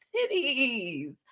cities